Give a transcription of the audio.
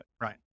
Right